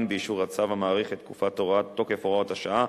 הן באישור הצו המאריך את תוקף הוראת השעה,